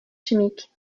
chimique